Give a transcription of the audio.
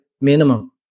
minimum